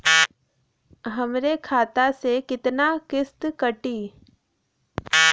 हमरे खाता से कितना किस्त कटी?